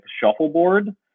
shuffleboard